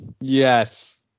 Yes